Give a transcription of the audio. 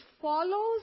follows